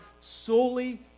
solely